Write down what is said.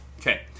Okay